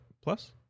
Plus